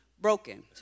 broken